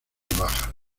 baja